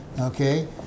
Okay